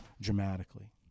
dramatically